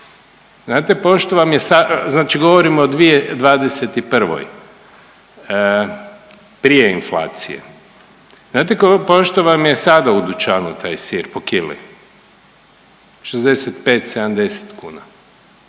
znate pošto vam je sad u dućanu taj sir po kili 65-70 kuna.